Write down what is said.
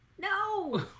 No